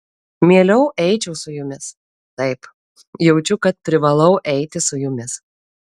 mieliau eičiau su jumis taip jaučiu kad privalau eiti su jumis